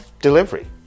delivery